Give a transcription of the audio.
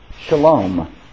shalom